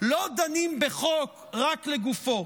לא דנים בחוק רק לגופו.